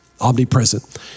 omnipresent